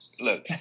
Look